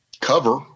cover